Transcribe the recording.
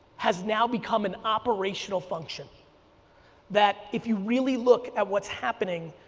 has now become an operational function that if you really look at what's happening,